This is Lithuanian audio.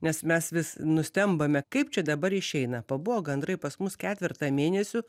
nes mes vis nustembame kaip čia dabar išeina pabuvo gandrai pas mus ketvertą mėnesių